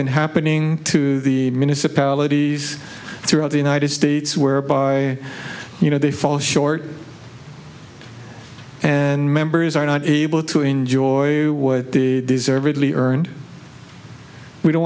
been happening to the municipalities throughout the united states whereby you know they fall short and members are not able to enjoy the deservedly earned we don't